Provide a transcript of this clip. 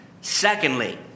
Secondly